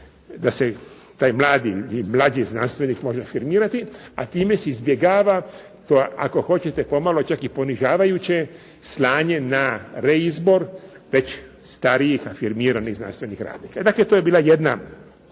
da se taj mladi, mlađi znanstvenik može afirmirati, a time se izbjegava to ako hoćete pomalo čak i ponižavajuće slanje na reizbor već starijih afirmiranih znanstvenih radnika. Dakle, to je bila jedna